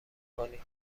کنی